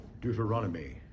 Deuteronomy